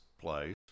place